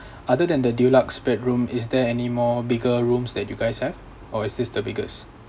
other than the deluxe bedroom is there any more bigger rooms that you guys have or is this the biggest